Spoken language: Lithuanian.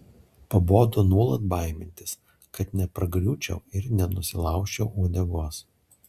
pabodo nuolat baimintis kad nepargriūčiau ir nenusilaužčiau uodegos